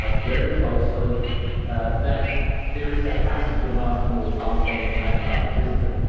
ah very closely that there is a massive demand for more parkland in that part of brisbane.